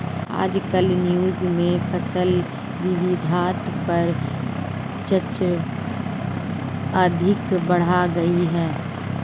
आजकल न्यूज़ में फसल विविधता पर चर्चा अधिक बढ़ गयी है